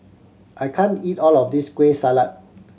I can't eat all of this Kueh Salat